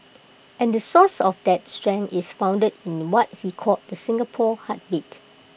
and the source of that strength is founded in what he called the Singapore heartbeat